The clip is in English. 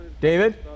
David